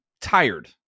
tired